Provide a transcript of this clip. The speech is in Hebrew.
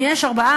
אם יש 4,